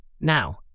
Now